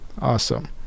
Awesome